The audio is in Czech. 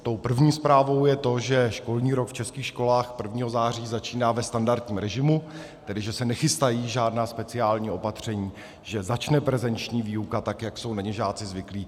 Tou první zprávou je to, že školní rok v českých školách 1. září 2020 začíná ve standardním režimu, tedy že se nechystají žádná speciální opatření, že začne prezenční výuka tak, jak jsou na ni žáci zvyklí.